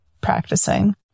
practicing